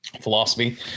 philosophy